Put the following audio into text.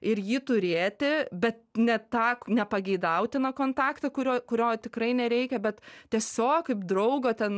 ir jį turėti bet ne tą nepageidautiną kontaktą kurio kurio tikrai nereikia bet tiesiog kaip draugo ten